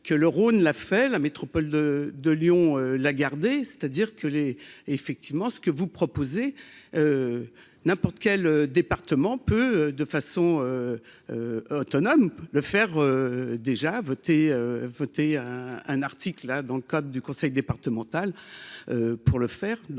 que le Rhône, la fait la métropole de de Lyon la garder, c'est-à-dire que les effectivement ce que vous proposez n'importe quel département peu de façon autonome, le faire déjà voté voter un article, là, dans le cadre du conseil départemental pour le faire,